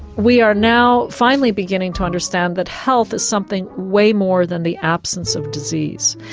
we are now finally beginning to understand that health is something way more than the absence of disease.